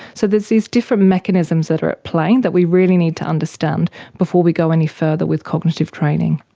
so there's these different mechanisms that are at play that we really need to understand before we go any further with cognitive training.